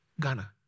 Ghana